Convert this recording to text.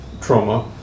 trauma